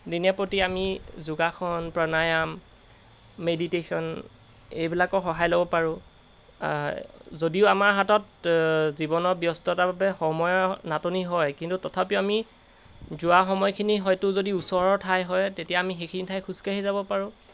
দিনে প্ৰতি আমি যোগাসন প্ৰাণায়াম মেডিটেশ্যন এইবিলাকৰ সহায় ল'ব পাৰোঁ যদিও আমাৰ হাতত জীৱনৰ ব্যস্ততাৰ বাবে সময়ৰ নাটনি হয় কিন্তু তথাপিও আমি যোৱা সময়খিনি হয়টো যদি ওচৰৰ ঠাই হয় তেতিয়া আমি সেইখিনি ঠাই খোজকাঢ়ি যাব পাৰোঁ